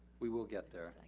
we will get there.